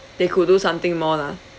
they could do something more lah